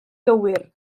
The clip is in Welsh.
gywir